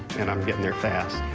and i'm getting there fast.